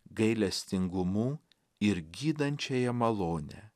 gailestingumu ir gydančiąja malone